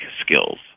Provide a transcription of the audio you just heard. skills